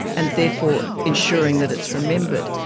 and therefore ensuring that it's remembered.